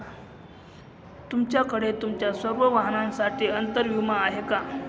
तुमच्याकडे तुमच्या सर्व वाहनांसाठी अंतर विमा आहे का